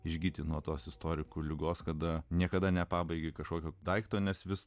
išgyti nuo tos istorikų ligos kada niekada nepabaigė kažkokio daikto nes vis